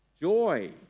joy